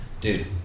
dude